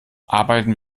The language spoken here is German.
arbeiten